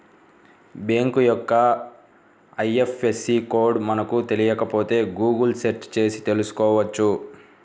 bank యొక్క IFSC code మనకు తెలియకపోతే గుగుల్ సెర్చ్ చేసి తెల్సుకోవచ్చు